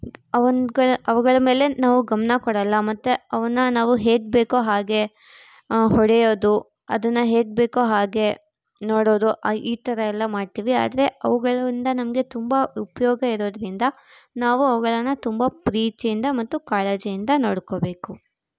ಅವನ್ಗಳ ಅವುಗಳ ಮೇಲೆ ನಾವು ಗಮನ ಕೊಡಲ್ಲ ಮತ್ತೆ ಅವನ್ನು ನಾವು ಹೇಗೆ ಬೇಕೊ ಹಾಗೆ ಹೊಡೆಯೋದು ಅದನ್ನು ಹೇಗೆ ಬೇಕೊ ಹಾಗೆ ನೋಡೋದು ಈ ಥರ ಎಲ್ಲ ಮಾಡ್ತೀವಿ ಆದರೆ ಅವುಗಳಿಂದ ನಮಗೆ ತುಂಬ ಉಪಯೋಗ ಇರೋದ್ರಿಂದ ನಾವು ಅವುಗಳನ್ನು ತುಂಬ ಪ್ರೀತಿಯಿಂದ ಮತ್ತು ಕಾಳಜಿಯಿಂದ ನೋಡ್ಕೊಬೇಕು